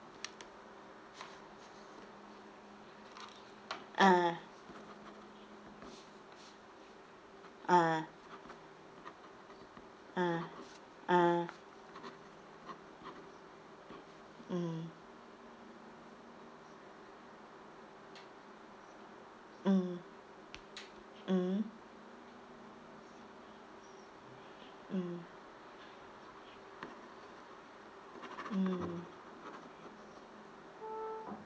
ah ah ah ah mm mm mmhmm mm mm